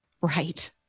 Right